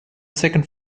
second